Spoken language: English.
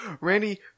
Randy